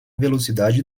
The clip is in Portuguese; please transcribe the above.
velocidade